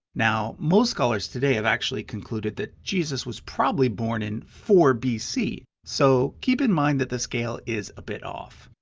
now, most scholars today have actually concluded that jesus was probably born in four bc so keep in mind that the scale is a bit off.